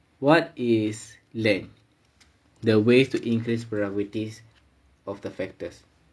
what is led the ways to increase prerogatives of the factors